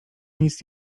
nic